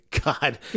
god